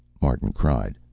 martin cried.